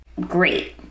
Great